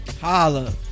holla